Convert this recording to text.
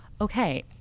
okay